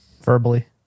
Verbally